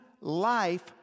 life